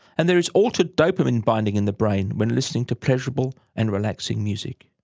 and there is altered dopamine binding in the brain when listening to pleasurable and relaxing music.